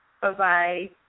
Bye-bye